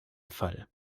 fall